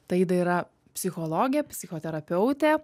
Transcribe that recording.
taida yra psichologė psichoterapeutė